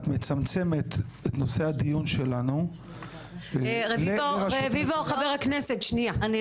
את מצמצמת את נושא הדיון שלנו -- חבר הכנסת רביבו,